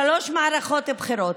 שלוש מערכות בחירות.